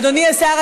אדוני השר,